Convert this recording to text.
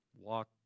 walk